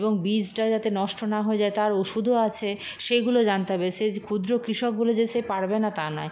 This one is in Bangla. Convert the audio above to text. এবং বীজটা যাতে নষ্ট না হয়ে যায় তার ওষুধও আছে সেইগুলো জানতে হবে সে ক্ষুদ্র কৃষক বলে যে সে পারবে না তা নয়